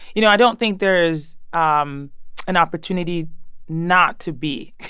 you know, i don't think there is um an opportunity not to be,